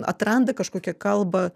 atranda kažkokią kalbą